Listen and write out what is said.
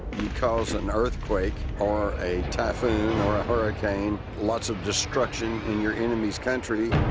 cause an earthquake or a typhoon or a hurricane, lots of destruction in your enemy's country.